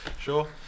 sure